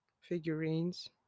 figurines